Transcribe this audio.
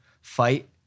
fight